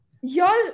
Y'all